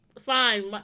Fine